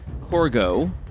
Corgo